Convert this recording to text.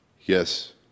Yes